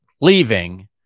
leaving